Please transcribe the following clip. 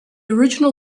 original